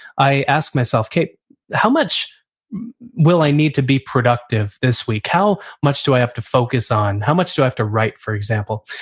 i ask myself, how much will i need to be productive this week? how much do i have to focus on? how much do i have to write, for example?